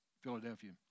Philadelphia